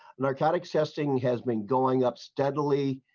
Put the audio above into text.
narcotics testing has been going up steadily.